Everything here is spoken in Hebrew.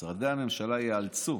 משרדי הממשלה ייאלצו